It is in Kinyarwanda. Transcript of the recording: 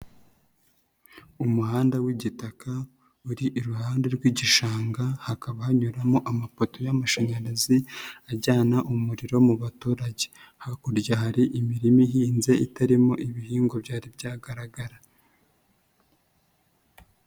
Umuhanda w'igitaka uri iruhande rw'igishanga, hakaba hanyuramo amapoto y'amashanyarazi ajyana umuriro mu baturage. Hakurya hari imirima ihinze itarimo ibihingwa byari byagaragara.